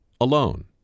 alone